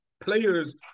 players –